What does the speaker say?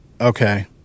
okay